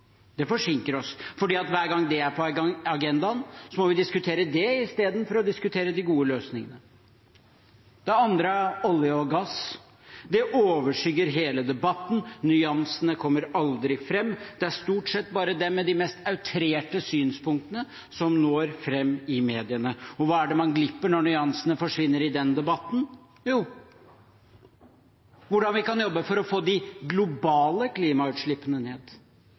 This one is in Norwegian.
Det forsinker oss, fordi hver gang det er på agendaen, må vi diskutere det istedenfor å diskutere de gode løsningene. Det andre er olje og gass. Det overskygger hele debatten, nyansene kommer aldri fram, det er stort sett bare de med de mest outrerte synspunktene som når fram i mediene. Og hva er det som glipper når nyansene forsvinner i den debatten? Jo, det er hvordan vi kan jobbe for å få de globale klimagassutslippene ned,